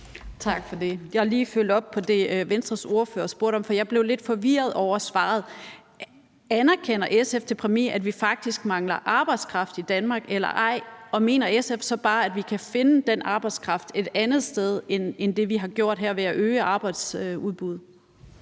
Tak for det. Jeg vil lige følge op på det, Venstres ordfører spurgte om, for jeg blev lidt forvirret over svaret. Anerkender SF den præmis, at vi faktisk mangler arbejdskraft i Danmark, eller ej? Og mener SF så bare, at vi kan finde den arbejdskraft et andet sted end ved, som vi har gjort det her, at øge arbejdsudbuddet?